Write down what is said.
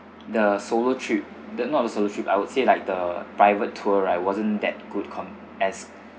the solo trip the not a solo trip I would say like the private tour right wasn't that good com~ as